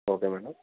okay madam